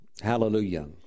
Hallelujah